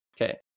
Okay